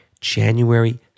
January